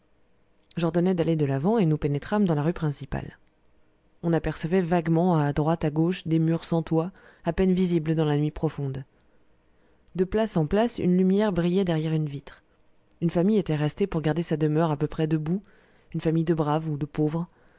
j'ordonnai d'aller de l'avant et nous pénétrâmes dans la rue principale on apercevait vaguement à droite à gauche des murs sans toit à peine visibles dans la nuit profonde de place en place une lumière brillait derrière une vitre une famille était restée pour garder sa demeure à peu près debout une famille de braves ou de pauvres